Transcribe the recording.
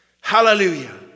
Hallelujah